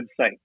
website